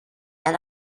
and